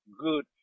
good